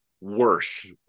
worse